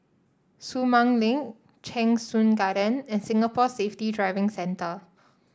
Sumang Link Cheng Soon Garden and Singapore Safety Driving Centre